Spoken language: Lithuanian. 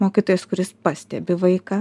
mokytojas kuris pastebi vaiką